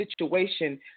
situation